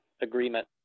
agreement